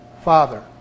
father